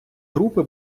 групи